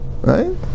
right